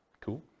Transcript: Cool